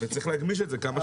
וצריך להגמיש את זה כמה שיותר.